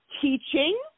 teaching